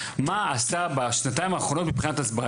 עשו בשנתיים האחרונות מבחינת הסברה?